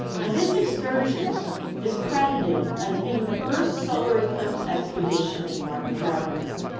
now this excursion is credited as being the first solar eclipse expedition in north america.